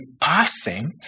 passing